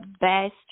best